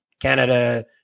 Canada